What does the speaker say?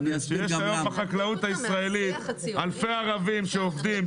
שיש בחקלאות הישראלית אלפי ערבים שעובדים.